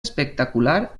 espectacular